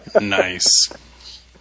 Nice